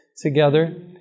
together